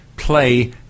play